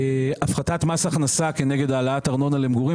הפחתת מס הכנסה כנגד העלאת ארנונה למגורים,